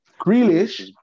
Grealish